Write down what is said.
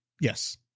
Yes